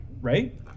right